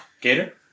Gator